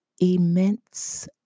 immense